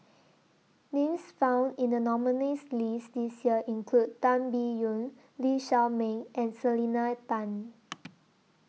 Names found in The nominees' list This Year include Tan Biyun Lee Shao Meng and Selena Tan